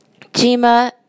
jima